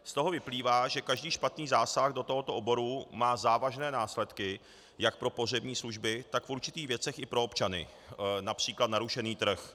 Z toho vyplývá, že každý špatný zásah do tohoto oboru má závažné následky jak pro pohřební služby, tak v určitých věcech i pro občany, například narušený trh.